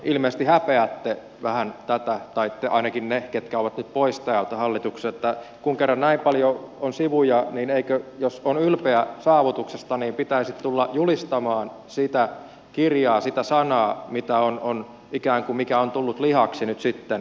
oikeastaan ilmeisesti häpeätte vähän tätä tai ainakin ne jotka ovat nyt pois täältä hallituksesta että kun kerran näin paljon on sivuja niin eikö jos on ylpeä saavutuksista pitäisi tulla julistamaan sitä kirjaa sitä sanaa mikä on ikään kuin tullut lihaksi nyt sitten